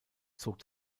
zog